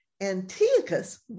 Antiochus